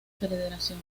federación